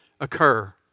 occur